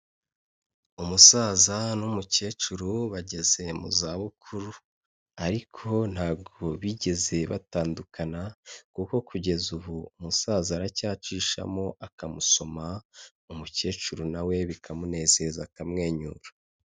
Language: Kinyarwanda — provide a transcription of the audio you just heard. Umusaza n'umukecuru, bageze mu zabukuru, ariko ntabwo bigeze batandukana, kuko kugeza ubu umusaza aracyacishamo akamusoma, umukecuru nawe bikamunezeza akamwenyura.